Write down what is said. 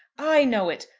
i know it.